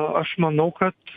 aš manau kad